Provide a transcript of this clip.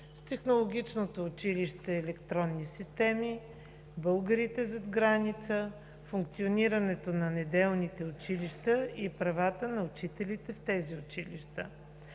с Технологично училище „Електронни системи“; българите зад граница; функционирането на неделните училища и правата на учителите в тези училища.